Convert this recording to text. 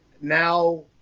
now